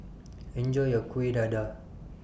Enjoy your Kuih Dadar